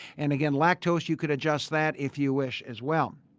and again lactose you can adjust that if you wish as well.